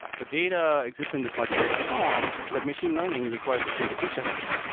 the data exists in this multi-table form, but machine learning requires a single feature vector.